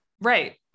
Right